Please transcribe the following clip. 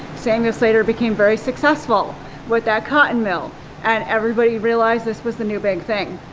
samuel slater became very successful with that cotton mill and everybody realized this was the new big thing.